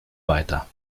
weiter